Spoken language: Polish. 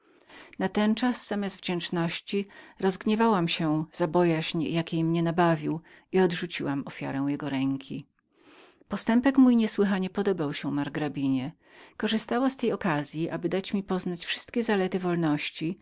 natenczas zamiast wdzięczności rozgniewałam się za bojaźń jakiej mnie nabawił i odrzuciłam ofiarę jego ręki postępek ten z mojej strony niesłychanie podobał się mojej ochmistrzyni korzystała z tej sposobności aby dać mi poznać wszystkie moje zalety